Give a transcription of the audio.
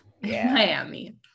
miami